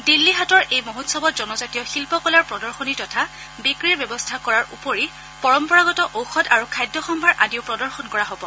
দিল্লী হাটৰ এই মহোৎসৱত জনজাতীয় শিল্প কলাৰ প্ৰদশনী তথা বিক্ৰীৰ ব্যৱস্থা কৰাৰ উপৰি পৰম্পৰাগত ঔষধ আৰু খাদ্য সম্ভাৰ আদিও প্ৰদৰ্শন কৰা হব